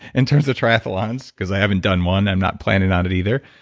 in terms of triathlons because i haven't done one. i'm not planning on it either,